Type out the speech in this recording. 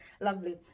Lovely